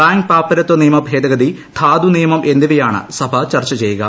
bank പാപ്പരത്വ നിയമഭേദഗതി ധാതു നിയമം എന്നിവയാണ് സഭ ചർച്ച ചെയ്യുക